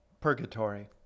Purgatory